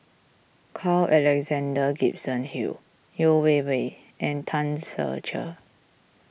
Carl Alexander Gibson Hill Yeo Wei Wei and Tan Ser Cher